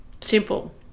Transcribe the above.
Simple